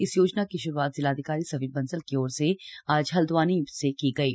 इस योजना की श्रूआत जिलाधिकारी सविन बसंल की ओर से आज आज हल्द्वानी से की गयी